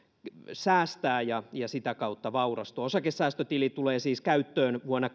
säästää ja ja sitä kautta vaurastua osakesäästötili tulee siis käyttöön vuonna